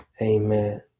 Amen